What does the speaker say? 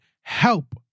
help